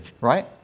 right